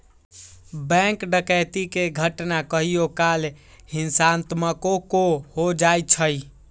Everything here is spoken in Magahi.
बैंक डकैती के घटना कहियो काल हिंसात्मको हो जाइ छइ